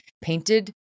painted